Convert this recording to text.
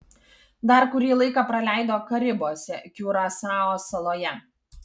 dar kurį laiką praleido karibuose kiurasao saloje